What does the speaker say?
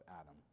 Adam